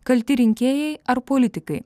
kalti rinkėjai ar politikai